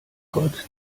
gott